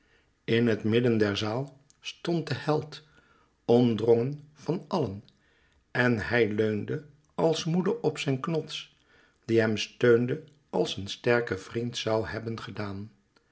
in het midden der zaal stond de held orndrongen van allen en hij leunde als moede op zijn knots die hem steunde als een sterke vriend zoû hebben gedaan